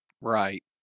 Right